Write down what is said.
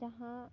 ᱡᱟᱦᱟᱸ